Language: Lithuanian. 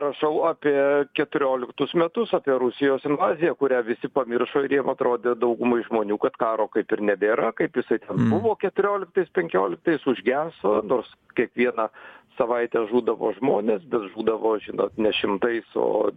rašau apie keturioliktus metus apie rusijos invaziją kurią visi pamiršo ir jiem atrodė daugumai žmonių kad karo kaip ir nebėra kaip jisai buvo keturioliktais penkioliktais užgeso nors kiekvieną savaitę žūdavo žmonės bet žūdavo žinot ne šimtais o